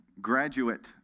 graduate